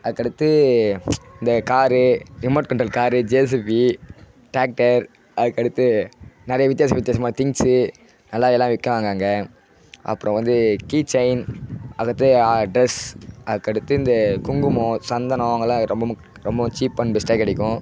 அதுக்கடுத்து இந்த car remote control car JCB tractor அதுக்கடுத்து நிறைய வித்தியாச வித்தியாசமாக திங்க்ஸ்ஸு நல்லா இதெல்லாம் விற்குவாங்க அங்கே அப்புறம் வந்து கீசெயின் அடுத்து ட்ரெஸ் அதுக்கடுத்து இந்த குங்குமம் சந்தனம் அங்கேலாம் ரொம்ப முக் ரொம்பவும் சீப் அண்ட் பெஸ்ட்டாக கிடைக்கும்